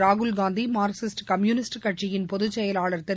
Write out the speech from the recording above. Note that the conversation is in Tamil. ராகுல் காந்தி மார்க்சிஸ்ட் கம்யூனிஸ்ட் கட்சியின் பொதுச் செயலாளா் திரு